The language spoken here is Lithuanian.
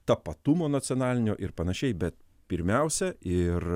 tapatumo nacionalinio ir panašiai be pirmiausia ir